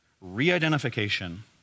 re-identification